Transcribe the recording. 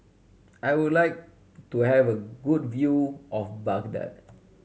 I would like to have a good view of Baghdad